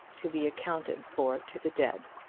to be accounted for to the dead.